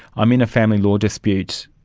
i'm in a family law dispute,